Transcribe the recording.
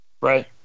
Right